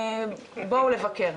בואו לבקר.